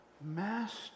master